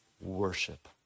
Worship